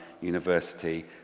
University